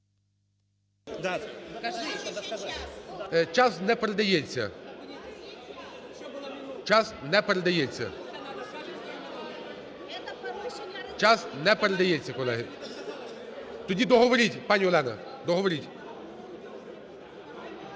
Час не передається. Час не передається. Час не передається, колеги. Тоді договоріть, пані Олена, договоріть.